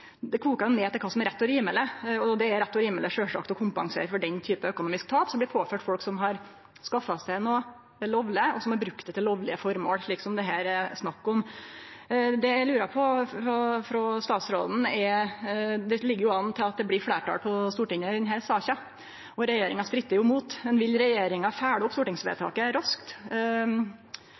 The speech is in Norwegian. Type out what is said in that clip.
koker det ned til kva som er rett og rimeleg. Og det er sjølvsagt rett og rimeleg å kompensere for økonomisk tap som blir påført folk som har skaffa seg noko lovleg, og som har brukt det til lovlege føremål, slik det her er snakk om. Det eg lurer på – for det ligg jo an til at det blir fleirtal i denne saka på Stortinget, og regjeringa strittar imot – er: Vil regjeringa følgje opp stortingsvedtaket raskt